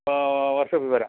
വര്ഷോപ്പിൽ വരാം